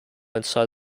inside